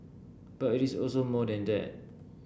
but it is also more than that